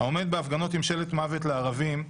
העומד בהפגנות עם שלט "מוות לערבים",